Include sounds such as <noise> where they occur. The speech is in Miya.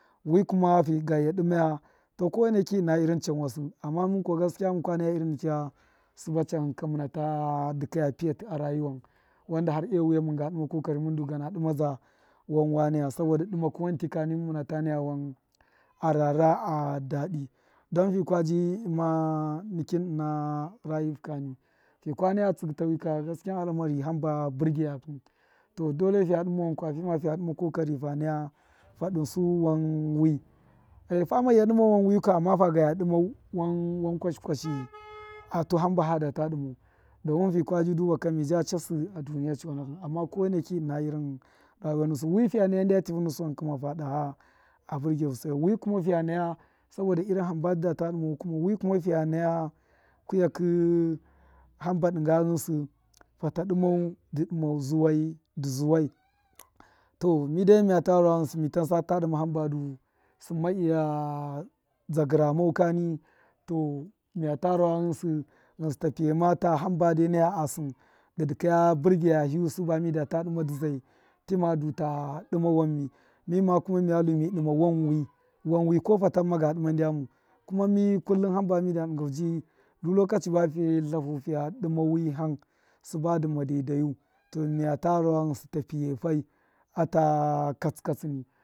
Wi kuma fuga iya dimaya to kowa ṫna irin chanwasṫ amma mun kuwa gaskiya mun naya irin nikya tṫba chanhṫ ka muna ta dukaya pṫati a ruyiwan wanda hare wiya mun ga dṫma kokori mun du gana dṫma zda wan wane ya saboda dṫmakṫ wan lṫ kani mun muna ta naya wan a ran ra a dadi dan fi kwa ji dṫma nikṫn ṫna rayi fu kani fika naya tsṫgṫ ta wṫ kani gaskiyan al’amari hamba burgeyaki to dole fiya dṫma kokari fa naya fa dṫn su wan wi e fama iya dṫma wan wayu kam amma fag a iya dṫma kwashi <noise> kwashi a tu hamba hada tu dṫmau domin fi kaji dub aka mi da chasṫ a duniya chonakṫn amma ko waineki ṫna irṫn rayuwa nusṫ wi fiya naya nda tṫvṫnusṫ ma fad aha a bṫrge fu sai wi kuma fiya naya saboda irin hamba tuda ta dṫmau kuma wi kuma fiya naya kṫya kṫ hamba dṫnga fata dimau dṫmau zuwai dṫ zuwai to midai miya to rawa ghṫnsṫ mi tansata dṫma hamba du sṫn ma iya zdagṫra mau kani to miya ta rawa ghṫnsṫ mi tansata dṫma hamba du sṫn ma iya zdagṫra mau kani to miya ta rawa ghṫnsṫ ta piyama ta hamba de naya a sṫn dṫ dṫkaya burgaya hiyusṫ ba mida ta dima di zai ṫ ma du ta dṫma wan mi mima kuma miya lu mi dṫma wan wi wan wi ko falan maga dṫma ndyamu kuma mi kullum hamba midu dṫngau di do lokachi ba fiye tlahu fiya dṫma wi hani sṫba dṫma daidaiyu to miya ta rawa ghṫnsṫ ta piya fai ata katsṫ katsṫni.